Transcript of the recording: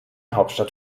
hauptstadt